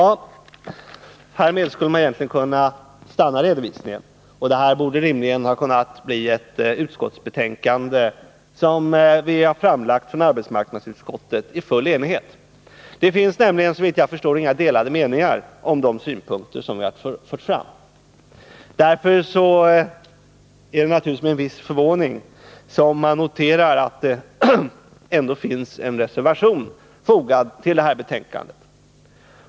Här skulle jag kunna sluta min redovisning, och det betänkande från arbetsmarknadsutskottet som i dag diskuteras borde rimligen ha kunnat framläggas i full enighet. Det finns nämligen såvitt jag förstår inga delade meningar om de synpunkter jag fört fram. Det är därför med en viss förvåning som jag noterar att det ändå finns en reservation fogad till detta Nr 36 betänkande.